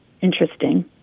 interesting